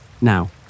Now